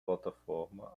plataforma